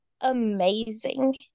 amazing